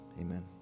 Amen